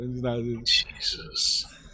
Jesus